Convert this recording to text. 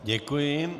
Děkuji.